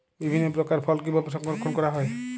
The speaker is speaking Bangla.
বিভিন্ন প্রকার ফল কিভাবে সংরক্ষণ করা হয়?